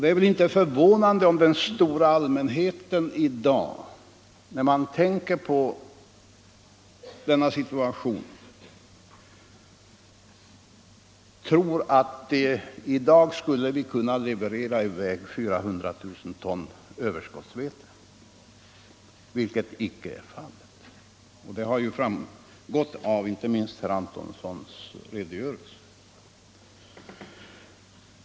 Det är inte förvånande om den stora allmänheten i denna situation tror att vi i dag skulle kunna leverera 400 000 ton överskottsvete. Detta är emellertid icke fallet, och det har framgått inte minst av herr Antonssons redogörelse.